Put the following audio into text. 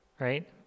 right